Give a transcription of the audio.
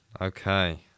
okay